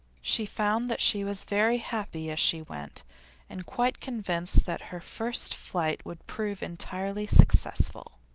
she found that she was very happy as she went and quite convinced that her first flight would prove entirely successful.